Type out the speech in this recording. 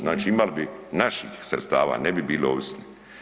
Znači imali bi naših sredstava ne bi bili ovisni.